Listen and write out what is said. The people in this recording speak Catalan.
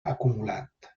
acumulat